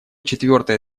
четвертое